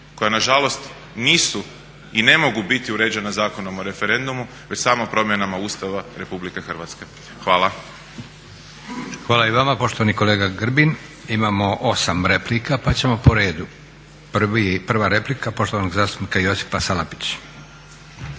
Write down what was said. koja nažalost nisu i ne mogu biti uređena Zakonom o referendumu već samo promjenama Ustava RH. Hvala. **Leko, Josip (SDP)** Hvala i vama poštovani kolega Grbin. Imamo 8 replika pa ćemo po redu. Prva replika poštovanog zastupnika Josipa Salapića.